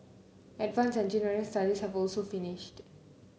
advance engineering studies have also finished